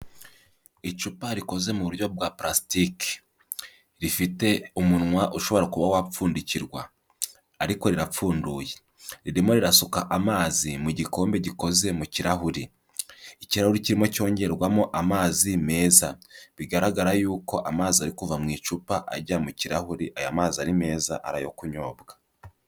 Icupa rikoze mu buryo bwa plastiki, rifite umunwa ushobora kuba wapfundikirwa, ariko rirapfunduye, ririmo rirasuka amazi mu gikombe gikoze mu kirahuri, ikirahuri kirimo cyongerwamo amazi meza, bigaragara y'uko amazi ari kuva mu icupa ajya mu kirahuri aya mazi ari meza ari ayo kunyobwa.